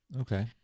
Okay